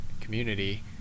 community